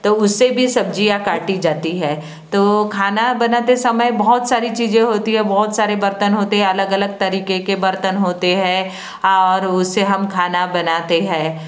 तो उससे भी सब्जियां काटी जाती है तो खाना बनाते समय बहुत सारी चीज़ें होती है बहुत सारे बर्तन होते है अलग अलग तरीके के बर्तन होते है और उससे हम खाना बनाते है